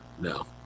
no